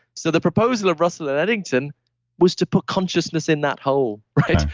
so, the proposal of russell and eddington was to put consciousness in that hole, right?